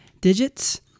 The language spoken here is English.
digits